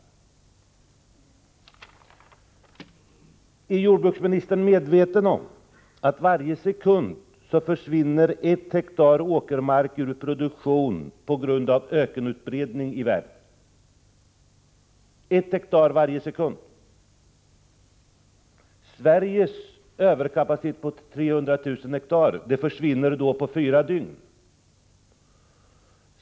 Är jordbruksministern medveten om att det varje sekund försvinner 1 hektar åkermark ur produktion på grund av ökenutbredning i världen — 1 hektar varje sekund. Sveriges överkapacitet på 300 000 hektar försvinner då på fyra dygn.